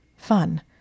Fun